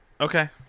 Okay